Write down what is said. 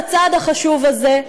בצעד החשוב הזה,